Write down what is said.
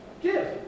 give